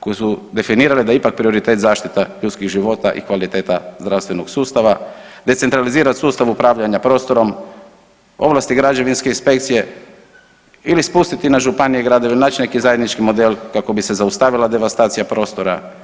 koje su definirale da je ipak prioritet zaštita ljudskih života i kvaliteta zdravstvenog sustava, decentralizirati sustav upravljanja prostorom, ovlasti građevinske inspekcije ili spustiti na županije, gradove ili naći neki zajednički model kako bi se zaustavila devastacija prostora.